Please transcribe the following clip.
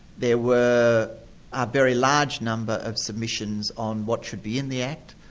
there were a very large number of submissions on what should be in the act.